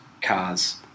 cars